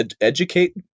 educate